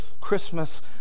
Christmas